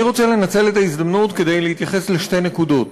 אני רוצה לנצל את ההזדמנות כדי להתייחס לשתי נקודות.